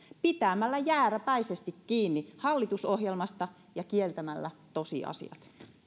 pitämällä jääräpäisesti kiinni hallitusohjelmasta ja kieltämällä tosiasiat